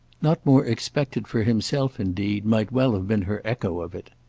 not more expected for himself indeed might well have been her echo of it.